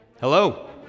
Hello